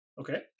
Okay